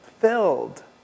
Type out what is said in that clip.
filled